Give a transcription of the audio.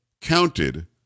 counted